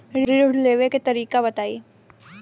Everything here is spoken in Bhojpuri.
ऋण लेवे के तरीका बताई?